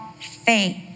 faith